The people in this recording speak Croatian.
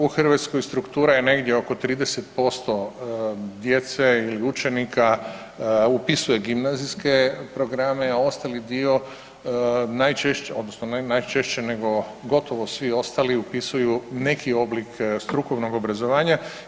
U Hrvatskoj struktura je negdje oko 30% djece ili učenika upisuje gimnazijske programe, a ostali dio najčešće odnosno ne najčešće nego gotovo svi ostali upisuju neki oblik strukovnog obrazovanja.